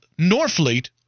Norfleet